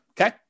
okay